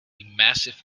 massive